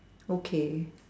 okay